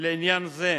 לעניין זה.